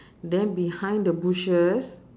then behind the bushes